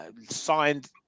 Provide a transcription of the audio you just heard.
Signed